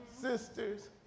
sisters